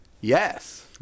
Yes